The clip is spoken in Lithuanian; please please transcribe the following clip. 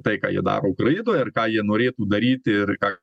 tai ką jie daro ukrainoj ir ką jie norėtų daryti ir ką